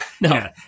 no